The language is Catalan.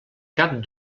cap